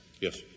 Yes